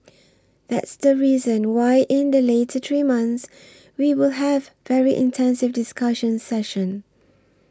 that's the reason why in the later three months we will have very intensive discussion sessions